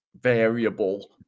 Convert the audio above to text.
variable